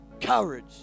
courage